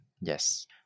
Yes